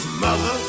Mother